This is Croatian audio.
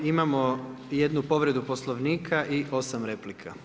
Imamo jednu povredu Poslovnika i 8 replika.